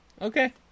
Okay